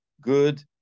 good